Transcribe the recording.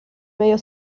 medio